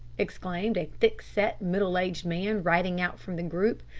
exclaimed a thick-set, middle-aged man, riding out from the group.